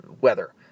weather